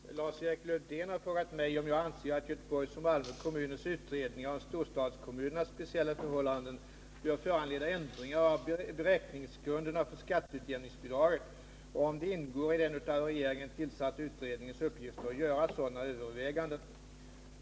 Herr talman! Lars-Erik Lövdén har frågat mig om jag anser att Göteborgs och Malmö kommuners utredning om storstadskommunernas speciella förhållanden bör föranleda ändringar av beräkningsgrunderna för skatteutjämningsbidraget och om det ingår i den av regeringen tillsatta utredningens uppgifter att göra sådana överväganden.